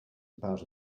about